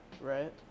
Right